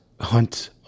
hunt